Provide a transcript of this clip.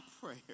prayer